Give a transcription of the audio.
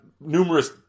numerous